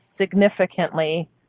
significantly